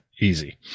Easy